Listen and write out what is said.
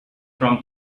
from